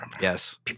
yes